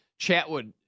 Chatwood